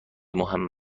مهم